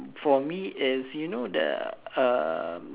for me is you know the um